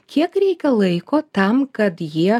kiek reikia laiko tam kad jie